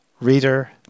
reader